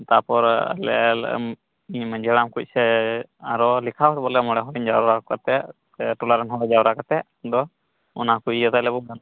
ᱛᱟᱨᱯᱚᱨ ᱟᱞᱮ ᱞᱮ ᱢᱟᱺᱡᱷᱤ ᱦᱟᱲᱟᱢ ᱠᱚ ᱥᱮ ᱟᱨᱚ ᱞᱮᱠᱷᱟ ᱦᱚᱸ ᱵᱚᱞᱮ ᱢᱚᱬᱮ ᱦᱚᱲ ᱤᱧ ᱡᱟᱣᱨᱟ ᱠᱟᱛᱮᱫ ᱥᱮ ᱴᱚᱞᱟ ᱨᱮᱱ ᱦᱚᱲ ᱡᱟᱣᱨᱟ ᱠᱟᱛᱮᱫ ᱫᱚ ᱚᱱᱟ ᱠᱚ ᱤᱭᱟᱹ ᱛᱟᱦᱚᱞᱮ ᱵᱚᱱ